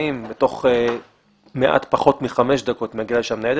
ותוך מעט פחות מחמש דקות מגיעה לשם ניידת.